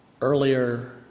earlier